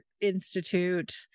institute